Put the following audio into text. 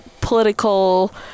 political